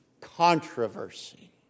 controversy